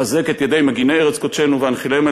חזק את ידי מגיני ארץ קודשנו והנחילם,